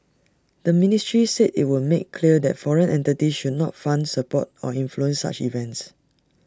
the ministry said IT would make clear that foreign entities should not fund support or influence such events